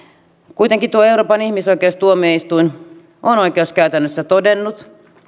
kuitenkin euroopan ihmisoikeustuomioistuin on oikeuskäytännössä todennut